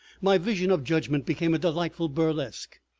my vision of judgment became a delightful burlesque.